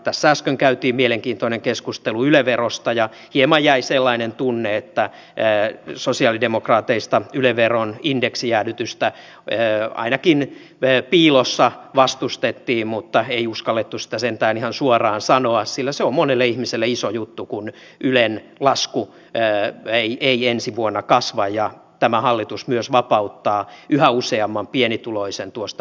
tässä äsken käytiin mielenkiintoinen keskustelu yle verosta ja hieman jäi sellainen tunne että sosialidemokraateista yle veron indeksijäädytystä ainakin piilossa vastustettiin mutta ei uskallettu sitä sentään ihan suoraan sanoa sillä se on monelle ihmiselle iso juttu kun ylen lasku ei ensi vuonna kasva ja tämä hallitus myös vapauttaa yhä useamman pienituloisen yle verosta